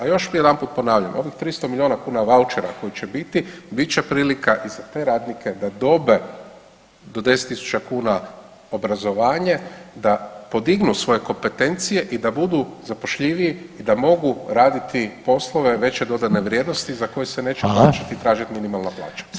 A još mi, još jednom ponavljam, ovih 300 milijuna kuna vaučera koji će biti bit će prilika za te radnike da dobe do 10 000 kuna obrazovanje, da podignu svoje kompetencije i da budu zapošljiviji i da mogu raditi poslove veće dodane vrijednosti za koje se neće moći tražiti minimalna plaća.